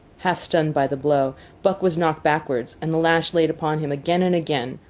half-stunned by the blow, buck was knocked backward and the lash laid upon him again and again,